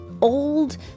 old